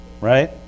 Right